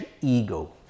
ego